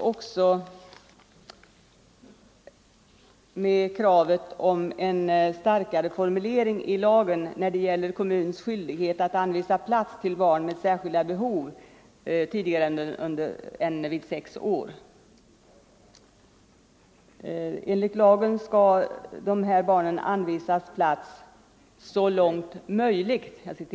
också med kravet om en starkare formulering i lagen när det gäller kommuns skyldighet att anvisa plats till barn med särskilda behov, innan dessa fyllt sex år. Enligt lagen skall dessa barn anvisas plats ”så långt möjligt”.